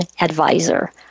advisor